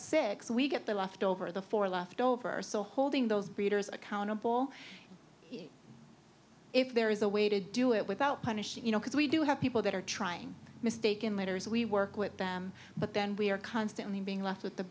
six we get the loft over the four left over so holding those breeders accountable if there is a way to do it without punishing you know because we do have people that are trying mistake in litters we work with them but then we are constantly being left with the